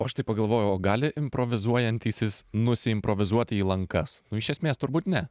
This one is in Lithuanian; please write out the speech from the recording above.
o aš tai pagalvojau o gali improvizuojantysis nusiimprovizuoti į lankas nu iš esmės turbūt ne